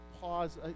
pause